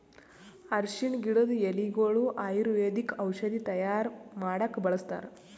ಅರ್ಷಿಣ್ ಗಿಡದ್ ಎಲಿಗೊಳು ಆಯುರ್ವೇದಿಕ್ ಔಷಧಿ ತೈಯಾರ್ ಮಾಡಕ್ಕ್ ಬಳಸ್ತಾರ್